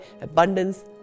abundance